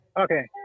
okay